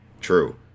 true